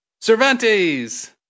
Cervantes